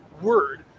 word